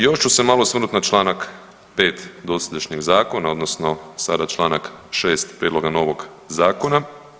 Još ću se malo osvrnuti na Članak 5. dosadašnjeg zakona odnosno sada Članak 6. prijedloga novog zakona.